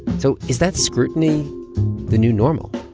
so is that scrutiny the new normal?